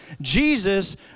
Jesus